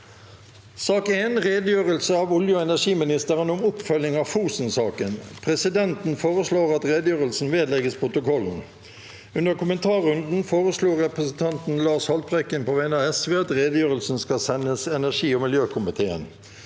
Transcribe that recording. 2023 Redegjørelse av olje- og energiministeren om oppfølging av Fosen-saken. Presidenten: Presidenten foreslår at redegjørelsen vedlegges protokollen. Under kommentarrunden foreslo representanten Lars Haltbrekken på vegne av Sosialistisk Venstreparti at redegjørelsen skal sendes energi- og miljøkomiteen.